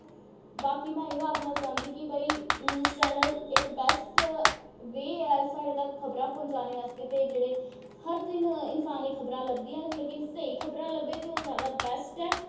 बाकी में इ'यो आखना चांह्दी कि भाई न्यूज़ चैन्नल इक बैस्ट बे ऐ साढ़े तक्कर खबरां पहुंचाने आस्तै ते हर कोई इंसान गी खबरां लब्भदियां लेकिन स्हेई खबरां लब्भे ते ओह् जादा बैस्ट ऐ